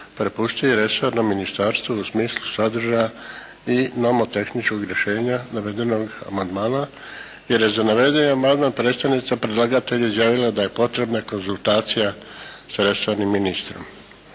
prepustiti resornom ministarstvu u smislu sadržaja i nomotehničkog rješenja navedenog amandmana, jer je za navedeni amandman predstavnica predlagatelja napomenula da je potrebna konzultacija sa resornim ministrom.